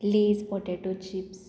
lays potato chips